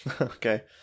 Okay